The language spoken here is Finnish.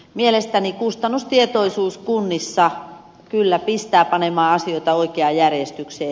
mielestäni kustannustietoisuus kunnissa kyllä pistää panemaan asioita oikeaan järjestykseen